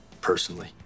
personally